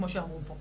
כמו שאמרו פה.